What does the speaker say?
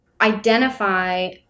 identify